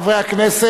רבותי חברי הכנסת,